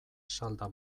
salda